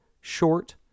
short